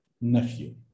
nephew